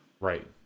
Right